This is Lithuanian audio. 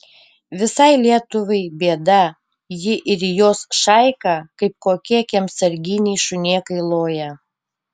visai lietuvai bėda ji ir jos šaika kaip kokie kiemsarginiai šunėkai loja